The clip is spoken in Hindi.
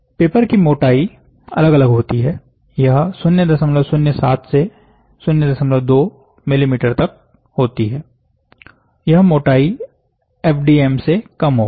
पेपर की मोटाई अलग अलग होती है यह 007 से 02 मिमी तक होती है यह मोटाई एफडीएम से कम होगी